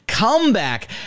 Comeback